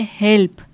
help